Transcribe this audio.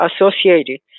associated